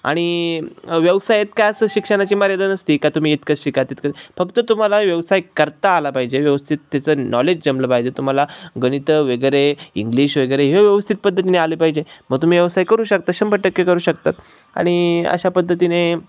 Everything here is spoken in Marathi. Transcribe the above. आणि व्यवसायात काय असत शिक्षणाची मर्यादा नसती का तुम्ही इतकं शिका तितकं फक्त तुम्हाला व्यवसाय करता आला पाहिजे व्यवस्थित त्याचं नॉलेज जमलं पाहिजे तुम्हाला गणित वगैरे इंग्लिश वगैरे हे व्यवस्थित पद्धतीने आले पाहिजे मग तुम्ही व्यवसाय करू शकता शंभर टक्के करू शकता आणि अशा पद्धतीने